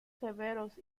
severos